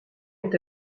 est